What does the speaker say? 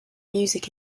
music